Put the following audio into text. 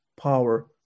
power